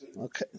Okay